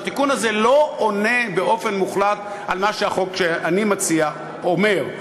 והתיקון הזה לא עונה באופן מוחלט על מה שהחוק שאני מציע אומר.